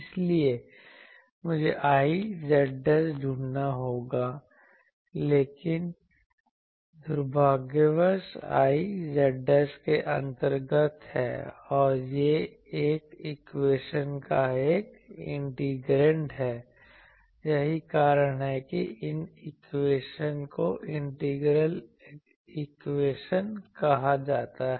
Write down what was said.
इसलिए मुझे I z ढूंढना होगा लेकिन दुर्भाग्यवश I z के अंतर्गत है या यह इस इक्वेशन का एक इंटीग्रैंड है यही कारण है कि इन इक्वेशन को इंटीग्रल इक्वेशन कहा जाता है